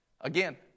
Again